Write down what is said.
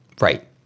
Right